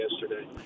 yesterday